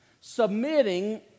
submitting